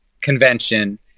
convention